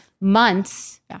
months